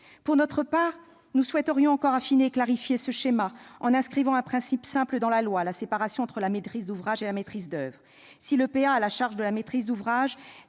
Pour notre part, nous souhaiterions encore affiner et clarifier ce schéma, en inscrivant un principe simple dans la loi : la séparation entre la maîtrise d'ouvrage et la maîtrise d'oeuvre. Si l'EPA a la charge de la maîtrise d'ouvrage,